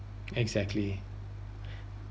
exactly